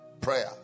Prayer